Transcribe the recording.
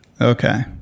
Okay